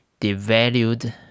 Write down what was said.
devalued